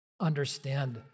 understand